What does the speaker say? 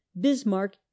Bismarck